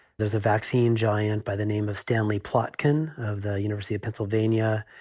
there's a vaccine giant by the name of stanley plotkin of the university of pennsylvania,